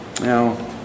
Now